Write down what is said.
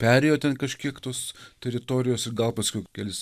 perėjo ten kažkiek tos teritorijos ir gal paskiau kelis